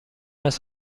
است